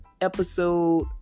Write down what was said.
episode